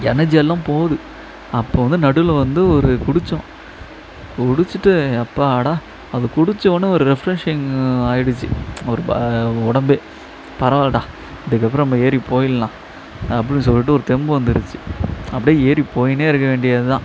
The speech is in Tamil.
எனர்ஜி எல்லாம் போகுது அப்போ வந்து நடுவில் வந்து ஒரு குடித்தோம் குடிச்சிகிட்டு அப்பாடா அது குடிச்சவொடன்ன ஒரு ரெஃப்ரஷிங் ஆயிடுச்சு ஒரு உடம்பே பரவால்லடா இதுக்கு அப்புறம் நம்ம ஏறி போயிடுலாம் அப்படின்னு சொல்லிட்டு ஒரு தெம்பு வந்துடுச்சு அப்படே ஏறி போயினே இருக்க வேண்டியது தான்